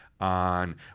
on